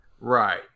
right